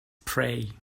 prey